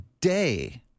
day